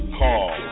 call